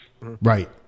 right